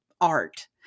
art